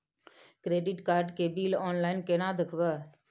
Credit card के bill online केना देखबय?